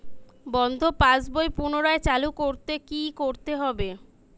বন্ধ পাশ বই পুনরায় চালু করতে কি করতে হবে?